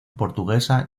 portuguesa